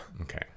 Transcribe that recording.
Okay